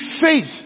faith